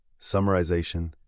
summarization